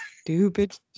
stupid